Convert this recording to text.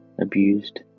abused